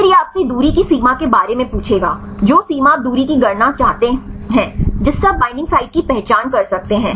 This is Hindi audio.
फिर यह आपसे दूरी की सीमा के बारे में पूछेगा जो सीमा आप दूरी की गणना करना चाहते हैं जिससे आप बाइंडिंग साइट की पहचान कर सकते हैं